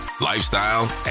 lifestyle